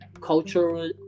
cultural